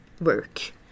work